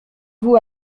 vous